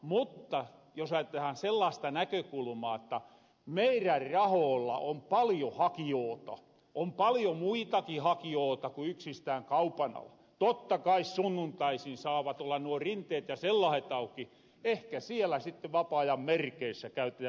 mutta jos ajatellahan sellaasta näkökulmaa jotta meirän rahoolla on paljo hakijoota on paljo muitakin hakijoota ku yksistään kaupan ala totta kai sunnuntaisin saavat olla nuo rinteet ja sellahet auki ehkä sitte siellä sitte vapaa ajan merkeissä käytettäis hivenen enemmän